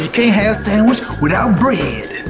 you can't have sandwich without bread.